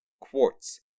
quartz